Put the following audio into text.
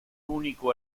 único